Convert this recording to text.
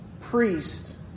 priest